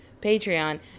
Patreon